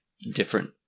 different